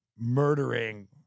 murdering